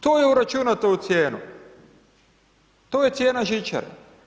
To je uračunato u cijenu, to je cijena žičare.